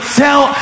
tell